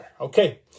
Okay